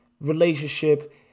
relationship